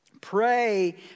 Pray